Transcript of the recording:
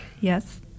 Yes